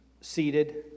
seated